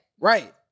right